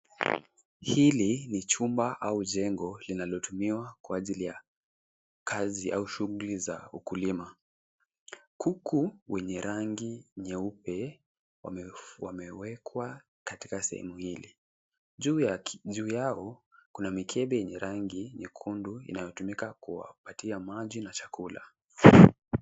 Hili ni chumba au jengo linalotumiwa kwa ajili ya kazi au shughuli za ukulima. Kuku wenye rangi nyeupe wamef wamewekwa katika sehemu hili. Juu ya k juu yao, kuna mikebe yenye rangi nyekundu inayotumika kuwapatia maji na chakula.